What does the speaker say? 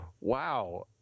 Wow